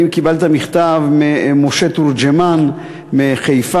אני קיבלתי את המכתב ממשה תורג'מן מחיפה,